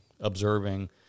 observing